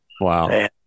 Wow